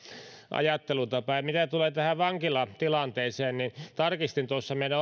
ajattelutapaa mitä tulee tähän vankilatilanteeseen niin tarkistin tuossa että meidän